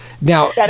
Now